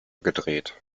gedreht